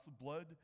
blood